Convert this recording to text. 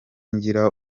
ngira